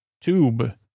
tube